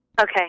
Okay